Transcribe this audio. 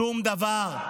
שום דבר.